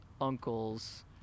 uncle's